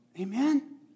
Amen